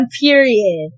period